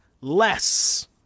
less